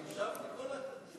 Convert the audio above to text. תפאדלי.